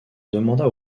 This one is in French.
demanda